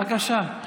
בבקשה.